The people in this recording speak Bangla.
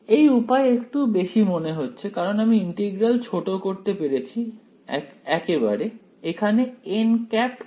এই উপায় একটু বেশি মনে হচ্ছে কারণ আমি ইন্টিগ্রাল ছোট করতে পেরেছি একেবারে এখানে কি